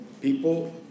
people